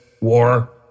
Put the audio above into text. war